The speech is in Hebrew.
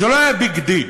זה לא היה ביג דיל,